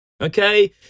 Okay